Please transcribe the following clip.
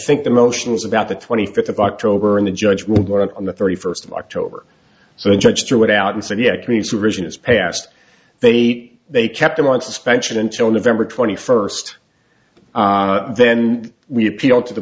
think the motion was about the twenty fifth of october in the judgment on the thirty first of october so the judge threw it out and said yeah koreans who version is passed they they kept him on suspension until november twenty first then we appealed to the